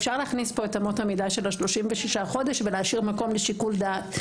אפשר להכניס פה את אמות המידה של ה-36 חודש ולהשאיר מקום לשיקול דעת.